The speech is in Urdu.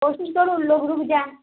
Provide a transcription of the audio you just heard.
کوشش کرو ان لوگ رک جائیں